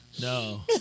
No